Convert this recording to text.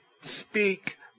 speak